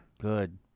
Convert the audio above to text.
Good